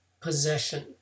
Possession